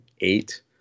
eight